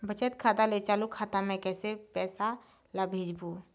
बचत खाता ले चालू खाता मे कैसे पैसा ला भेजबो?